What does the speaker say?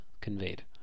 conveyed